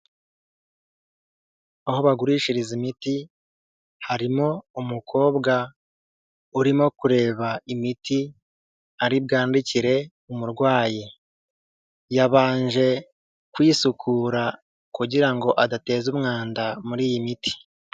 Aho bagurishiriza imiti harimo umukobwa urimo kureba imiti ari bwandikire umurwayi, yabanje kwisukura kugira ngo adateza umwanda muri iyi miti.